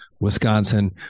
Wisconsin